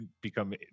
become